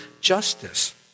justice